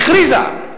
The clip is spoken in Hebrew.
והכריזה,